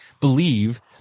believe